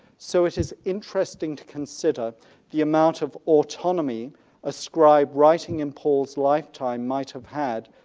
so it is interesting to consider the amount of autonomy a scribe writing in paul's lifetime might have had,